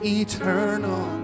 eternal